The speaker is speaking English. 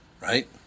Right